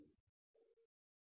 Glossary of words சொற்களஞ்சியம்